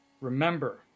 remember